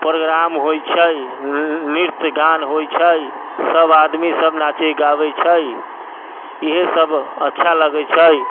programme होइ छै नृत्य गान होइ छै सब आदमी सब नाचै गाबै छै इहे सब अच्छा लगै छै